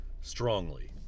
strongly